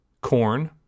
corn